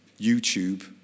YouTube